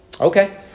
Okay